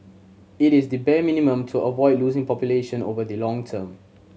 it is the bare minimum to avoid losing population over the long term